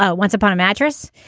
ah once upon a mattress.